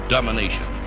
Domination